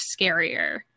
scarier